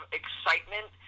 excitement